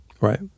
right